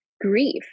grief